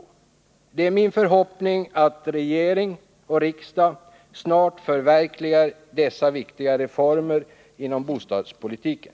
Det är min förhoppning att regering och riksdag snart förverkligar dessa viktiga reformer inom bostadspolitiken.